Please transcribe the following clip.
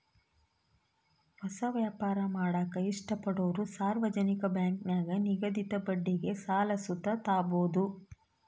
ಹೊಸ ವ್ಯಾಪಾರ ಮಾಡಾಕ ಇಷ್ಟಪಡೋರು ಸಾರ್ವಜನಿಕ ಬ್ಯಾಂಕಿನಾಗ ನಿಗದಿತ ಬಡ್ಡಿಗೆ ಸಾಲ ಸುತ ತಾಬೋದು